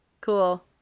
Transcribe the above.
Cool